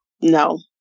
No